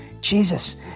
jesus